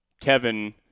Kevin